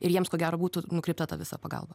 ir jiems ko gero būtų nukreipta ta visa pagalba